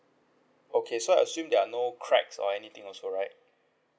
okay so I assume there are no cracks or anything also right